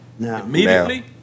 Immediately